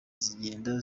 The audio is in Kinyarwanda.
zigenda